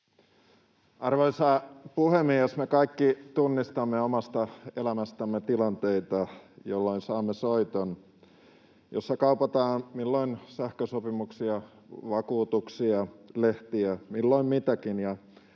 Arvoisa puhemies! Me kaikki tunnistamme omasta elämästämme tilanteita, jolloin saamme soiton, jossa kaupataan milloin sähkösopimuksia, vakuutuksia, lehtiä, milloin mitäkin.